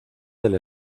del